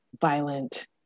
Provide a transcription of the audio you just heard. violent